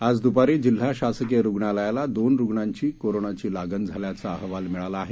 आज दूपारी जिल्हा शासकिय रूग्णालयाला दोन रूग्णांना कोरोनाची लागण झाल्याचा अहवाल मिळाला आहे